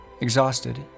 Exhausted